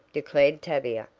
declared tavia,